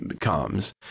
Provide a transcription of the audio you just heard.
comes